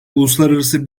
uluslararası